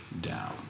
down